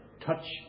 touch